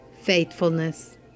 faithfulness